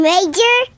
Major